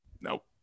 Nope